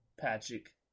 Patrick